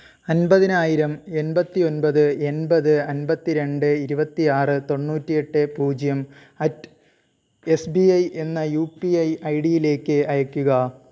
അന്പതിനായിരം എണ്പത്തി ഒൻപത് എണ്പത് അന്പത്തി രണ്ട് ഇരുപത്തി ആറ് തൊണ്ണൂറ്റി എട്ട് പൂജ്യം അറ്റ് എസ് ബി ഐ എന്ന യു പി ഐ ഐ ഡിയിലേക്ക് അയയ്ക്കുക